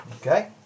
Okay